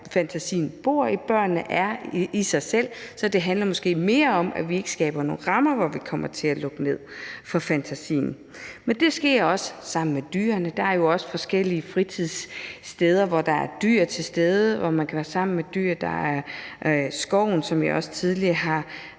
fantasien bor i børnene og eksisterer i sig selv, så det handler måske mere om, at vi ikke skaber nogle rammer, hvor vi kommer til at lukke ned for fantasien. Men det sker også, når de er sammen med dyr. Der er jo forskellige fritidssteder, hvor der er dyr, som man kan være sammen med, og der er skoven, som jeg også tidligere har